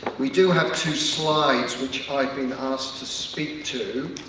we do have two slides which i've been asked to speak to,